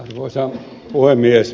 arvoisa puhemies